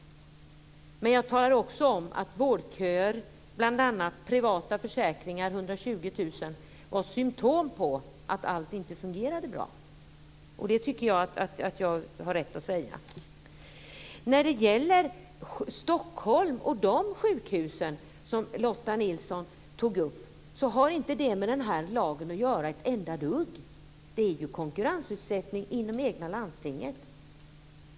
Men jag talade också om att bl.a. vårdköer och privata försäkringar på 120 000 är symtom på att allt inte fungerar bra. Det tycker jag att jag har rätt att säga. Stockholm och de sjukhus som Lotta Nilsson-Hedström tog upp har inte ett enda dugg med den här lagen att göra. Det är ju konkurrensutsättning inom det egna landstinget.